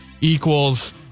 equals